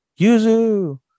Yuzu